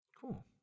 Cool